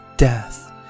Death